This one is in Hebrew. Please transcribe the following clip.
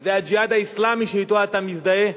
זה "הג'יהאד האסלאמי" שאתו אתה מזדהה,